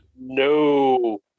No